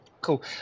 Cool